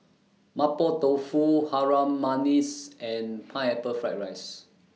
Mapo Tofu Harum Manis and Pineapple Fried Rice